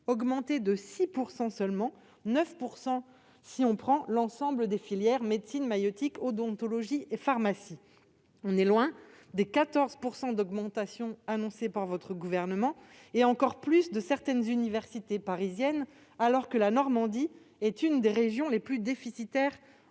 augmenter de 6 % seulement- 9 % si l'on prend l'ensemble des filières médecine, maïeutique, odontologie, pharmacie. On est loin des 14 % d'augmentation annoncés par le Gouvernement et encore plus de certaines universités parisiennes, alors que la Normandie est l'une des régions les plus déficitaires